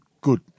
good